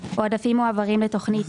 אבל רש"א עובדים תחתכם.